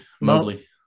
Mobley